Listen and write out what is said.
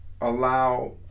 allow